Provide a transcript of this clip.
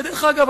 ודרך אגב,